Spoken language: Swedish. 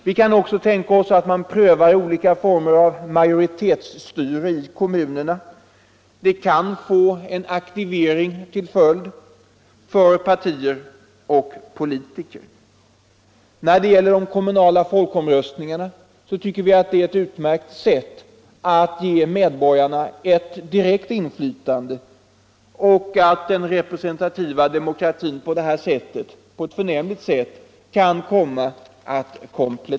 Vi kan också tänka oss att man prövar olika former av majoritetsstyre i kommunerna. Det skulle kunna få till följd en aktivering av partier och politiker. Att anordna kommunala folkomröstningar tycker vi är en utmärkt väg att ge medborgarna ett direkt inflytande. Därigenom skulle den representativa demokratin kunna kompletteras på ett förnämligt sätt.